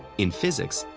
in physics,